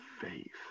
faith